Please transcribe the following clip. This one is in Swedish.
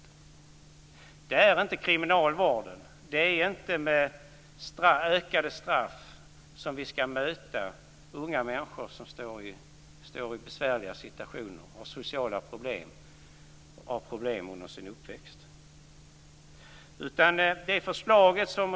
Det är inte med kriminalvården, det är inte med ökade straff, som vi skall möta unga människor som befinner sig i besvärliga situationer, har sociala problem och har haft problem under sin uppväxt.